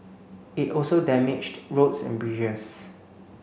it also damaged roads and bridges